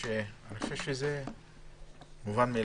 אני חושב שזה מובן מאליו.